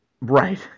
right